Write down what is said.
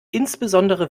insbesondere